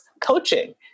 coaching